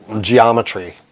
geometry